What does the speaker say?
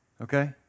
Okay